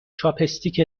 چاپستیک